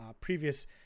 previous